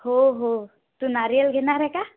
हो हो तू नारियल घेणार आहे का